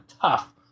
tough